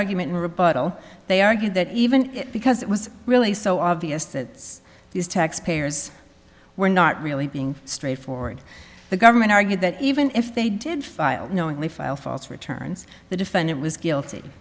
rebuttal they argued that even because it was really so obvious that these tax payers were not really being straightforward the government argued that even if they did file knowingly file false returns the defendant was guilty